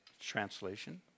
translation